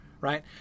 right